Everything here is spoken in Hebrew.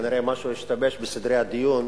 כנראה משהו השתבש בסדרי הדיון.